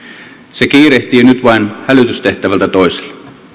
se kiirehtii nyt vain hälytystehtävältä toiselle